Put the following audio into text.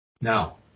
Now